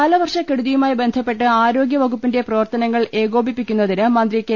കാല വർഷ ക്കെടുതിയു മായി ബന്ധ പ്പെട്ട് ആരോഗ് വകുപ്പിന്റെ പ്രവർത്തനങ്ങൾ ഏകോപിപ്പിക്കുന്നതിന് മന്ത്രി കെ